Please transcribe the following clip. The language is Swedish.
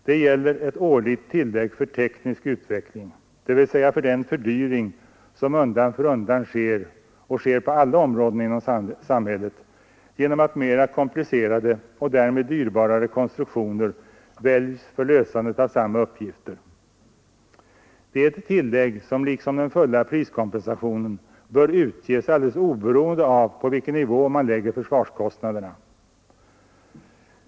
Det gäller ett årligt tillägg för teknisk utveckling, dvs. för den fördyring som undan för undan sker — och sker på alla områden i samhället — genom att mera komplicerade och därmed dyrare konstruktioner väljs för lösandet av samma uppgifter. Det är ett tillägg som liksom den fulla priskompensationen bör utges alldeles oberoende av på vilken nivå man lägger försvarskostnaderna.